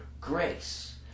grace